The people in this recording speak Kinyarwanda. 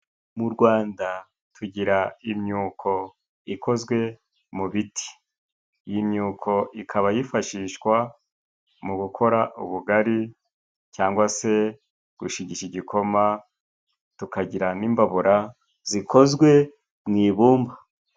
Mu Rwanda tugira imyuko ikozwe mu biti. Iyi myuko ikaba yifashishwa mu gukora ubugari cyangwa se gushigisha igikoma, tukagira n'imbabura zikozwe mu ibumba.